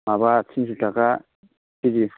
लखेला माबा थिनस' थाखा खिजि